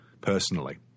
personally